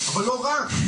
אבל לא רק,